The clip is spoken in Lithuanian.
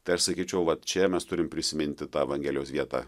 tai aš sakyčiau va čia mes turim prisiminti tą evangelijos vietą